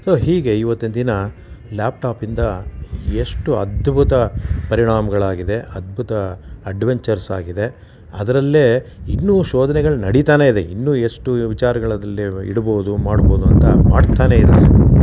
so ಹೀಗೆ ಇವತ್ತಿನ ದಿನ ಲ್ಯಾಪ್ ಟಾಪಿಂದ ಎಷ್ಟು ಅದ್ಭುತ ಪರಿಣಾಮಗಳಾಗಿದೆ ಅದ್ಭುತ ಅಡ್ವೆಂಚರ್ಸ್ ಆಗಿದೆ ಅದರಲ್ಲೇ ಇನ್ನೂ ಶೋಧನೆಗಳು ನಡಿತಾನೇ ಇದೆ ಇನ್ನೂ ಎಷ್ಟು ವಿಚಾರಗಳು ಅದರಲ್ಲಿ ಇಡ್ಬೋದು ಮಾಡ್ಬೋದು ಅಂತ ಮಾಡ್ತಾನೇ ಇದ್ದಾರೆ